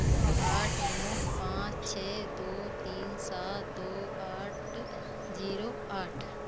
आठ नौ पाँच छः दो तीन सात दो आठ जीरो आठ